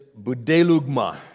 budelugma